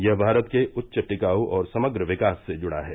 यह भारत के उच्च टिकाऊ और समग्र विकास से जुड़ा है